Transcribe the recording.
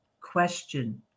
question